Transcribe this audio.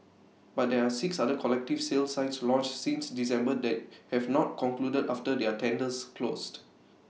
but there are six other collective sale sites launched since December that have not concluded after their tenders closed